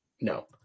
No